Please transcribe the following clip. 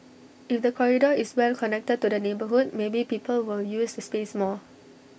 if the corridor is well connected to the neighbourhood maybe people will use the space more